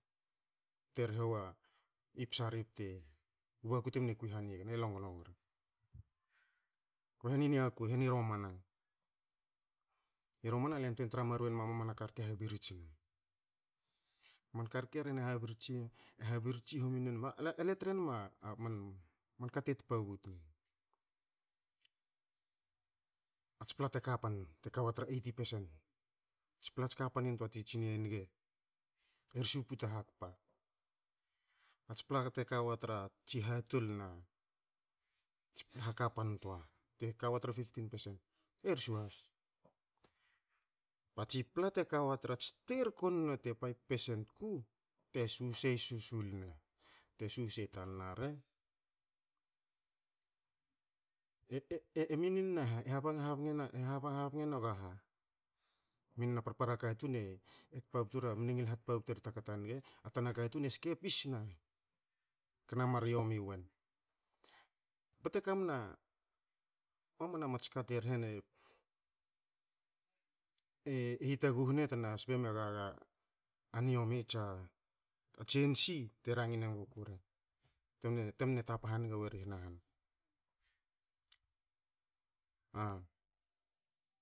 Te rhe wa i psa ri bte, u baku te mne kwi hanigna, e longlong ri, rhe ni niaku, rhe ni romana. I romana ale yantwein tra marwei enma mamana karke habirtsine. A man ka rke e rhe na e habirtsi habirtsi hominwe, ale ten trenma a man, man ka te tpabutna. A tsi pla te kapan, te kawa tra eighty percent, a tsi pla a tsi kapan intoa ti tsin e nga, e rsu puta hakpa. A tsi pla te kawa tra tsi hatol na tsi hakapan nitoa e ka wa tra fifteen percent, e ru su has. Ba tsi pla te ka wa tra tsi terkon nwe te five percent ku, te susei susulne, te susei tanna rek. E- e minin na ha, e habangin na ha? E habnga, e hahabengen e na ga ha? Min na parpara katun e- e tpabtu ra mne hatpabtu e i ta a ta niga a katun e ske pis na, kana mar omi wen. Bte kame na maman a mits ka te rhe ne, e hitaguh na tna sep e gaga a niome tsa tsensi te ranga nguku te mene tapa hange wari hanahan. A